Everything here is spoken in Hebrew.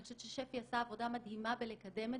אני חושבת ששפ"י עשה עבודה מדהימה בלקדם את